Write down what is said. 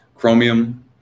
chromium